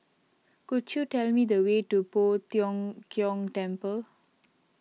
could you tell me the way to Poh Tiong Kiong Temple